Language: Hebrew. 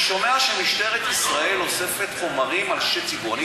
אני שומע שמשטרת ישראל אוספת חומרים על אנשי ציבור.